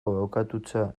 abokatutza